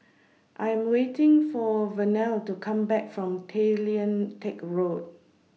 I Am waiting For Vernelle to Come Back from Tay Lian Teck Road